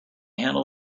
handle